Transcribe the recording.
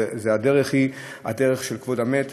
והדרך היא הדרך של כבוד המת,